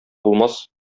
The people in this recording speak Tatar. булмас